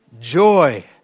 joy